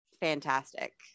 fantastic